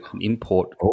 import